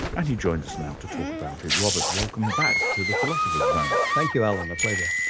and he joins us now to talk about it. robert, welcome back to the philosopher's zone. thank you, alan, a pleasure.